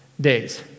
days